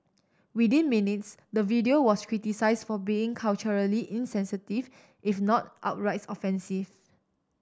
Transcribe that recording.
within minutes the video was criticised for being culturally insensitive if not outright offensive